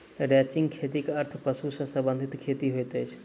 ranching खेतीक अर्थ पशु सॅ संबंधित खेती होइत अछि